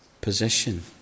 Position